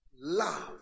love